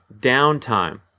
downtime